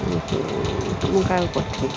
ମୁଁ କାହାକୁ ପଠେଇବି